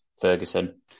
Ferguson